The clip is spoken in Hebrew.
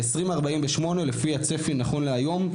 ב-2048 לפי הצפי נכון להיום,